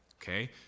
Okay